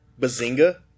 Bazinga